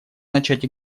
начать